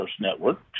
network